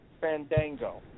Fandango